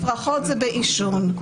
אז תפרחות זה בעישון.